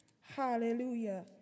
Hallelujah